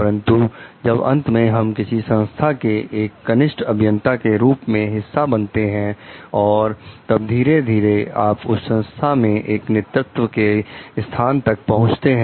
परंतु जब अंत में हम किसी संस्था के एक कनिष्ठ अभियंता के रूप में हिस्सा बनते हैं और तब धीरे धीरे आप उस संस्था में एक नेतृत्व के स्थान तक पहुंचते हैं